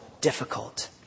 difficult